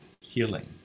healing